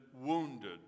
wounded